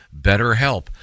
BetterHelp